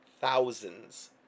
thousands